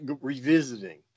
revisiting